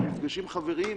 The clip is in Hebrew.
מפגשים חברתיים